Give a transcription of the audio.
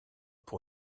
pour